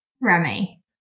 Remy